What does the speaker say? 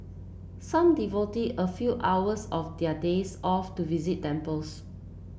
some devoted a few hours of their days off to visit temples